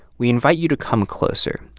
we invite you to come closer.